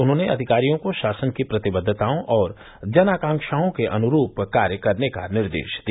उन्होंने अधिकारियों को शासन की प्रतिबद्वताओं और जन आकांक्षाओं के अनुरूप कार्य करने का निर्देश दिया